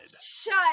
Shut